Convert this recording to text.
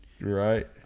Right